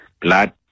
blood